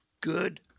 good